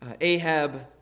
Ahab